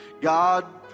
God